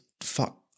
fuck